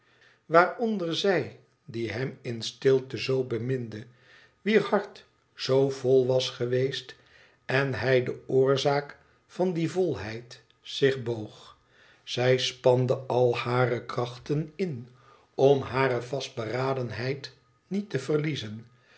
waaronder zij die hem in stilte z beminde wier hart zoo vol was geweest en hij de oorzaak van die volheid zich boog zij spande al hare krachten in om hare vastberadenheid niet te verliezen